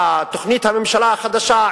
בתוכנית הממשלה החדשה,